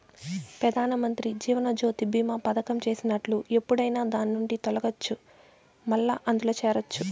పెదానమంత్రి జీవనజ్యోతి బీమా పదకం చేసినట్లు ఎప్పుడైనా దాన్నిండి తొలగచ్చు, మల్లా అందుల చేరచ్చు